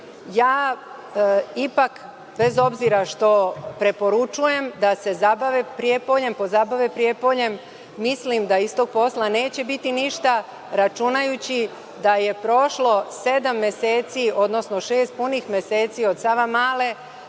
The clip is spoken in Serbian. bez obzira što preporučujem da se pozabave Prijepoljem, mislim da iz tog posla neće biti ništa, računajući da je prošlo sedam meseci, odnosno šest punih meseci od Savamale,